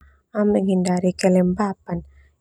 Menghindari kelembapan.